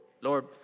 Lord